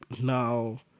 now